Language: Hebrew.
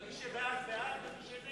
בעד, ומי שנגד נגד.